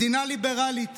מדינה ליברלית